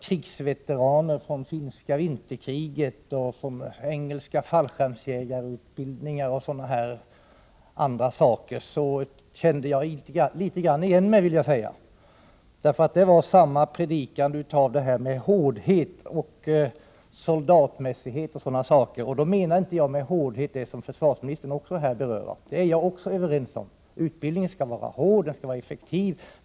krigsveteraner från finska vinterkriget och representanter för engelska fallskärmsjägarutbildningen, gör att jag måste säga att jag kände igen det här talet om hårdhet. Då var det samma predikan om hårdhet och soldatmässighet. Med hårdhet menar jag detsamma som försvarsministern säger i svaret, nämligen att utbildningen skall vara hård och effektiv.